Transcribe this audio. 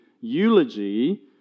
eulogy